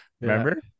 Remember